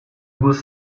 was